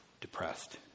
depressed